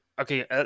okay